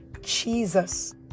Jesus